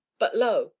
but lo!